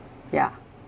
ya